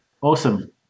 awesome